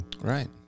Right